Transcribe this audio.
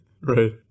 right